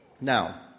Now